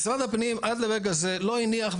משרד הפנים עד לרגע זה, לא הניח.